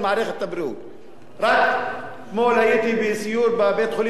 רק אתמול הייתי בסיור בבית-חולים "סורוקה" בבאר-שבע.